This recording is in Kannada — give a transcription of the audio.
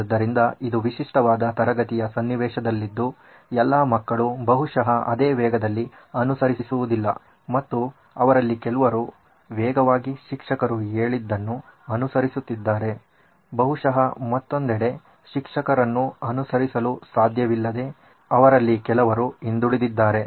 ಆದ್ದರಿಂದ ಇದು ವಿಶಿಷ್ಟವಾದ ತರಗತಿಯ ಸನ್ನಿವೇಶದಲ್ಲಿದ್ದು ಎಲ್ಲಾ ಮಕ್ಕಳು ಬಹುಶಃ ಅದೇ ವೇಗದಲ್ಲಿ ಅನುಸರಿಸುವುದಿಲ್ಲ ಮತ್ತು ಅವರಲ್ಲಿ ಕೆಲವರು ವೇಗವಾಗಿ ಶಿಕ್ಷಕರು ಹೇಳಿದ್ದನ್ನು ಅನುಸರಿಸುತ್ತಿದ್ದರೆ ಬಹುಶಃ ಮತ್ತೊಂದೆಡೆ ಶಿಕ್ಷಕರನ್ನು ಅನುಸರಿಸಲು ಸಾಧ್ಯವಿಲ್ಲದೆ ಅವರಲ್ಲಿ ಕೆಲವರು ಹಿಂದುಳಿದಿದ್ದಾರೆ